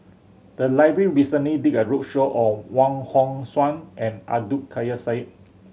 the library recently did a roadshow on Wong Hong Suen and Abdul Kadir Syed